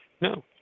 No